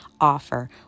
offer